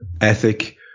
ethic